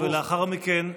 לאחר מכן,